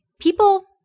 People